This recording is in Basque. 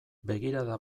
begirada